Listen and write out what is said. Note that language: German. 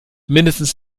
mindestens